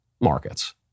markets